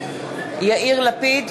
אינו נוכח